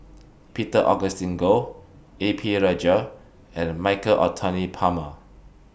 Peter Augustine Goh A P Rajah and Michael Anthony Palmer